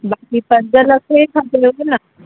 बाक़ी पंज लख ई खपेसि न